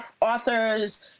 authors